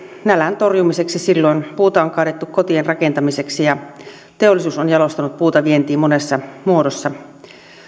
nälän torjumiseksi silloin puuta on kaadettu kotien rakentamiseksi ja teollisuus on jalostanut puuta vientiin monessa muodossa